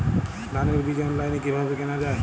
ধানের বীজ অনলাইনে কিভাবে কেনা যায়?